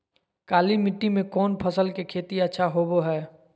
काली मिट्टी में कौन फसल के खेती अच्छा होबो है?